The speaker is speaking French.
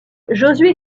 josué